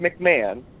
McMahon